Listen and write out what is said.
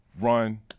Run